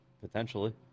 Potentially